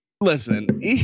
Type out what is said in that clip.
Listen